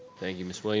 thank you ms. williams,